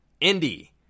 Indy